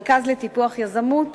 המרכז לטיפוח יזמות